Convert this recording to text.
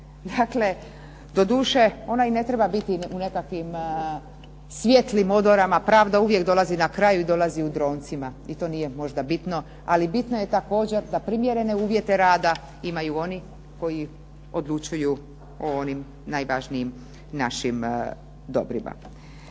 Dakle, doduše ona i ne treba biti u nekakvim svijetlim odorama, pravda uvijek dolazi na kraju i dolazi u dronjcima. Ali to nije bitno. Ali bitno je također da primjerene uvjete rada imaju oni koji odlučuju o onim najvažnijim našim dobrima.